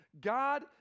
God